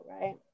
right